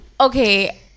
Okay